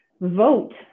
Vote